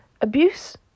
abuse